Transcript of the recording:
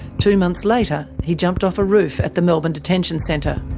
two months later, he jumped off a roof at the melbourne detention centre.